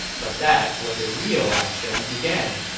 but that's when the real action began